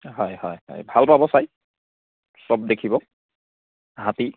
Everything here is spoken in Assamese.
হয় হয় হয় ভাল পাব চাই সব দেখিব হাতী